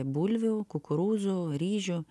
bulvių kukurūzų ryžių